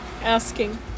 asking